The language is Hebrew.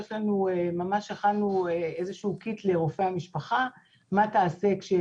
יש לנו ממש הכנו איזה שהוא קיט לרופא המשפחה "מה תעשה כאשר